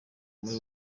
muri